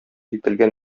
ителгән